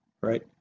right